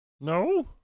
No